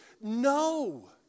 No